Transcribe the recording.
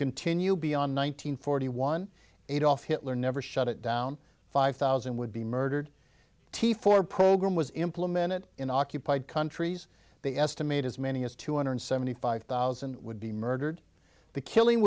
continue beyond one nine hundred forty one adolf hitler never shut it down five thousand would be murdered t for program was implemented in occupied countries they estimate as many as two hundred seventy five thousand would be murdered the killing